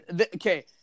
Okay